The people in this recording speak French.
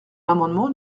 l’amendement